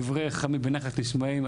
דברי חכמים בנחת נשמעים.